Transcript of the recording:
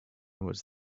was